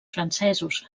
francesos